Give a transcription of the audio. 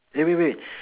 eh wait wait